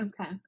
okay